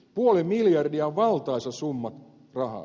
puoli miljardia on valtaisa summa rahaa